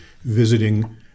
visiting